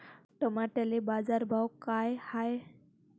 टमाट्याले बाजारभाव काय हाय?